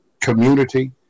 community